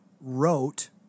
wrote